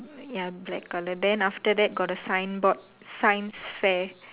ya black colour then after that got the signboard science fair